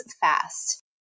fast